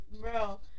Bro